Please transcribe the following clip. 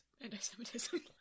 anti-Semitism